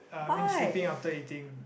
uh I mean sleeping after eating